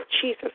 Jesus